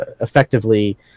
effectively